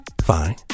Fine